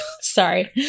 sorry